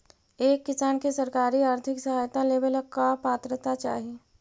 एक किसान के सरकारी आर्थिक सहायता लेवेला का पात्रता चाही?